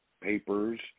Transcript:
papers